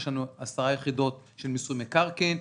10 יחידות של מיסוי מקרקעין,